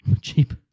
Cheap